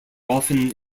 often